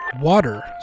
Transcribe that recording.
Water